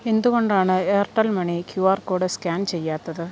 എന്തുകൊണ്ടാണ് Airtel money Q R code scan ചെയ്യാത്തത്